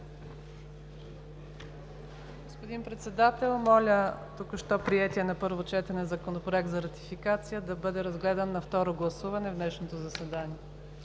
Господин Председател, моля току-що приетия на първо четене Законопроект за ратификация да бъде разгледан на второ гласуване в днешното заседание.